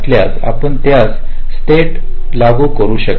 तर आपण त्यांना स्टेट लागू करू शकत नाही